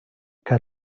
que